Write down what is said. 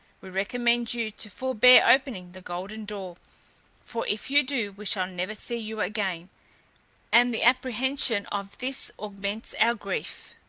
we recommend you to forbear opening the golden door for if you do we shall never see you again and the apprehension of this augments our grief.